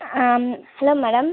Aam hello madam